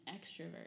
extrovert